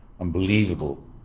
unbelievable